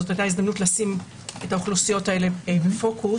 זו היתה הזדמנות לשים את האוכלוסיות הללו בפוקוס.